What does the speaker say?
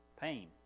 pain